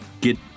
get